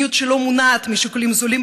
מדיניות שלא מונעת משיקולים זולים,